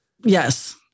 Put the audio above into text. Yes